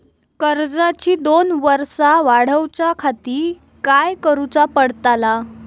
कर्जाची दोन वर्सा वाढवच्याखाती काय करुचा पडताला?